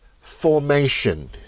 formation